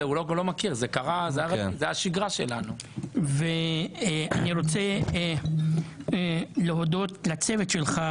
אני רוצה להודות לצוות שלך,